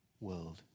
world